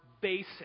basic